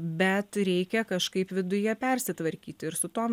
bet reikia kažkaip viduje persitvarkyti ir su tuo